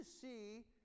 see